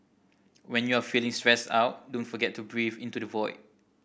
when you are feeling stressed out don't forget to breathe into the void